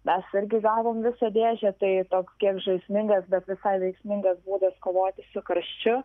mes irgi gavom visą dėžę tai toks kiek žaismingas bet visai veiksmingas būdas kovoti karščiu